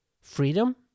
Freedom